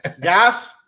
Gas